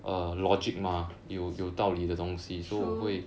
true